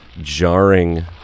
jarring